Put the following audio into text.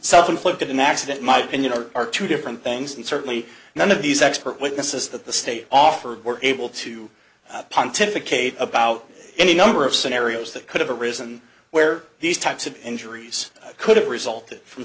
self inflicted an accident might have been you know are two different things and certainly none of these expert witnesses that the state offered were able to pontificate about any number of scenarios that could have arisen where these types of injuries could have resulted from